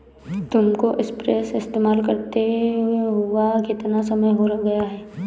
तुमको स्प्रेयर इस्तेमाल करते हुआ कितना समय हो गया है?